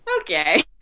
okay